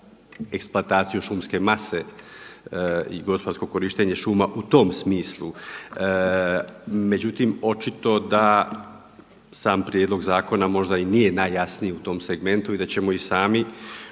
eksploataciju šumske mase i gospodarsko korištenje šuma u tom smislu. Međutim očito da sam prijedlog zakona možda i nije najjasniji u tom segmentu i da ćemo i sami